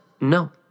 No